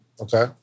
okay